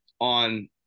on